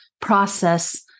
process